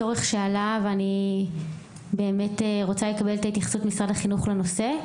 צורך שעלה ואני רוצה לקבל את התייחסות משרד החינוך לנושא.